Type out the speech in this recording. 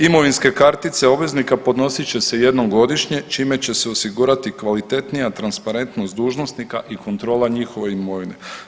Imovinske kartice obveznika podnosit će se jednom godišnje čime će se osigurati kvalitetnija transparentnost dužnosnika i kontrola njihove imovine.